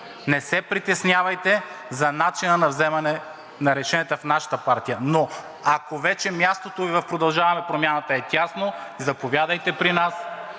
Не се притеснявайте за начина на вземане на решенията в нашата партия. Но ако вече мястото Ви в „Продължаваме Промяната“ е тясно, заповядайте при нас.